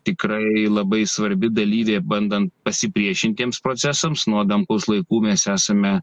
tikrai labai svarbi dalyvė bandant pasipriešint tiems procesams nuo adamkaus laikų mes esame